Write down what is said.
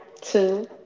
two